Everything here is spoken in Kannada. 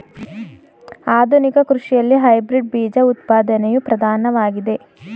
ಆಧುನಿಕ ಕೃಷಿಯಲ್ಲಿ ಹೈಬ್ರಿಡ್ ಬೀಜ ಉತ್ಪಾದನೆಯು ಪ್ರಧಾನವಾಗಿದೆ